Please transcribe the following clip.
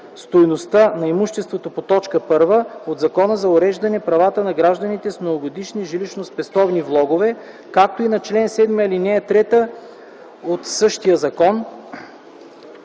стойността на имуществото по т. 1” от Закона за уреждане правата на гражданите с многогодишни жилищно-спестовни влогове, както и на чл. 7, ал. 3 от същия закон.